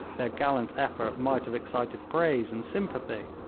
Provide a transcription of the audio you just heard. their gallant effort might have excited praise and sympathy.